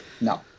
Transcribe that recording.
no